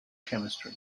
chemistry